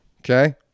Okay